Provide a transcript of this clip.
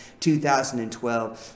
2012